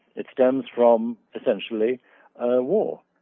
it stems from essentially war.